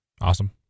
Awesome